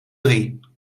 drie